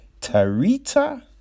Tarita